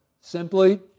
Simply